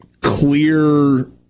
clear